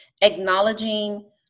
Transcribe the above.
acknowledging